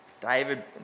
David